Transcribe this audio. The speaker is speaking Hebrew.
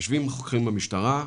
יושבים החוקרים במשטרה,